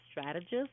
strategist